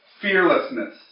fearlessness